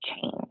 change